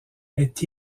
est